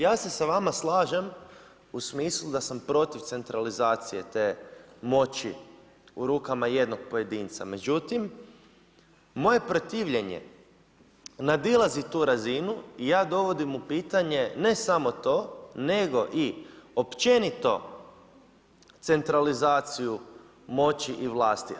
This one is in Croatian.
Ja se s vama slažem, u smislu da sam protiv centralizacije te moći u rukama jednog pojedinca, međutim, moje protivljenje, nadilazi tu nadilazi tu razinu i ja dovodim u pitanje ne smo to nego i općenito centralizaciju moći i vlasti.